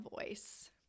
voice